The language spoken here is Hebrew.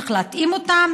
צריך להתאים אותם